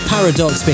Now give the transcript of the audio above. Paradox